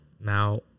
now